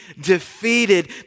defeated